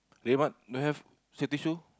they what don't have safety shoe